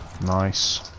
Nice